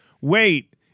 Wait